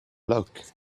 lock